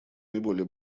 наиболее